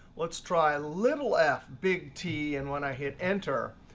let's try a little f, big t, and when i hit enter,